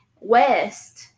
west